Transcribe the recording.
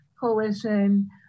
Coalition